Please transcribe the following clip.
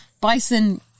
bison